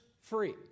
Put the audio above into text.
free